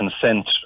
consent